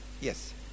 Yes